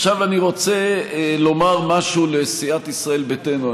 עכשיו אני רוצה לומר משהו לסיעת ישראל ביתנו.